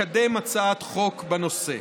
לקדם הצעת חוק בנושא.